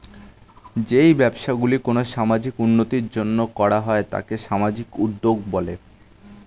যেই ব্যবসাগুলি কোনো সামাজিক উন্নতির জন্য করা হয় তাকে সামাজিক উদ্যোগ বলে